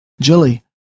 Jilly